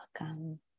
welcome